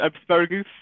Asparagus